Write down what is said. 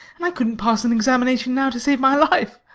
and i couldn't pass an examination now to save my life.